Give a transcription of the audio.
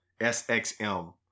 SXM